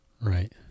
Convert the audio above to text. Right